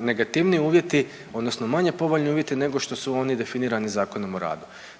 negativniji uvjeti odnosno manje povoljni uvjeti, nego što su oni definirani Zakonom o radu.